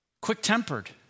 Quick-tempered